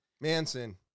Manson